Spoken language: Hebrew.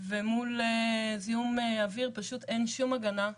ומול זיהום אוויר, פשוט אין שום הגנה.